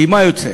כי מה יוצא?